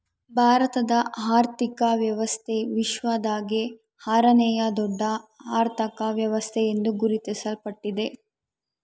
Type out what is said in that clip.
ಭಾರತದ ಆರ್ಥಿಕ ವ್ಯವಸ್ಥೆ ವಿಶ್ವದಾಗೇ ಆರನೇಯಾ ದೊಡ್ಡ ಅರ್ಥಕ ವ್ಯವಸ್ಥೆ ಎಂದು ಗುರುತಿಸಲ್ಪಟ್ಟಿದೆ